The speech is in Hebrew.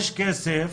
יש כסף